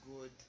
good